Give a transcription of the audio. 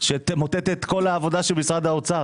שתמוטט את כל העבודה של משרד האוצר.